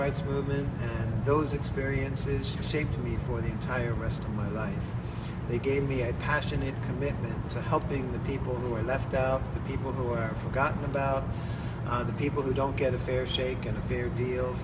rights movement and those experiences shaped me for the entire rest of my life they gave me a passionate commitment to helping the people who were left out the people who were forgotten about the people who don't get a fair shake and a fair deal